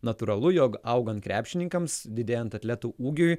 natūralu jog augant krepšininkams didėjant atletų ūgiui